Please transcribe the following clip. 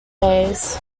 days